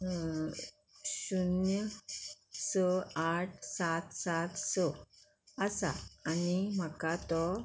शुन्य स आठ सात सात स आसा आनी म्हाका तो